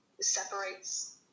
separates